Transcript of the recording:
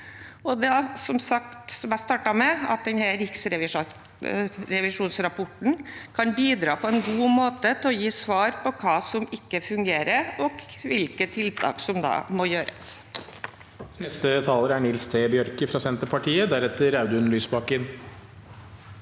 Som jeg startet med: Denne riksrevisjonsrapporten kan bidra på en god måte til å gi svar på hva som ikke fungerer, og på hvilke tiltak som da må gjøres.